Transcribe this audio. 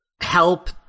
help